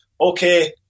Okay